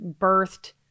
birthed